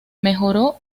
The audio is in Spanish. mejoró